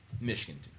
Michigan